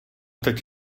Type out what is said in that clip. teď